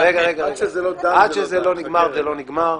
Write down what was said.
עד שלא דנים --- עד שזה לא נגמר זה לא נגמר.